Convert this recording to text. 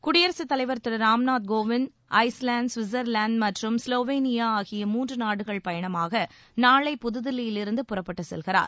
குடியரசு தலைவர் திரு ராம்நாத் கோவிந்த் ஐஸ்லாந்த் சுவிட்சர்வாந்து மற்றும் ஸ்லோவேனியா ஆகிய மூன்று நாடுகள் பயணமாக நாளை புதுதில்லியிலிருந்து புறப்பட்டு செல்கிறார்